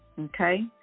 Okay